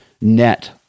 net